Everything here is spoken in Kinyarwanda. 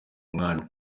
mwanya